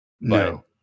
No